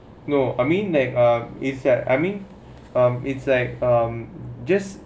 no I mean like ah is like I mean um it's like um just